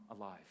alive